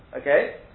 okay